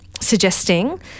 suggesting